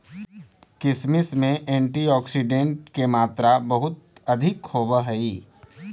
किशमिश में एंटीऑक्सीडेंट के मात्रा बहुत अधिक होवऽ हइ